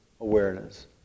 awareness